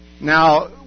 Now